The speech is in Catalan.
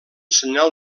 senyal